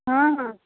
ହଁ ହଁ